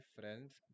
friends